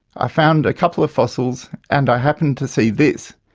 i found a couple of fossils and i happened to see this.